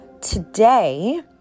Today